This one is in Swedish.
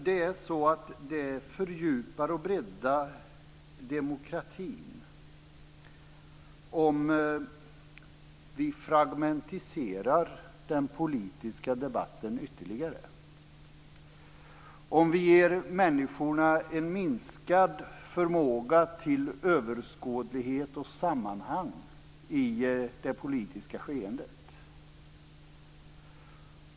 Det gäller om det fördjupar och breddar demokratin om vi fragmentiserar den politiska debatten ytterligare och ger människorna en minskad förmåga till överskådlighet och sammanhang i det politiska skeendet.